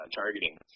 targeting